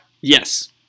Yes